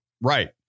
Right